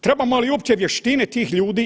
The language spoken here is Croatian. Trebamo li uopće vještine tih ljudi?